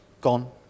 Gone